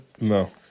no